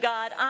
God